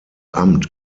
amt